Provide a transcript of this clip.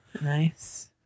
Nice